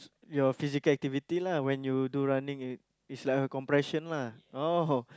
your physical activity lah when you do running it it's like a compression lah oh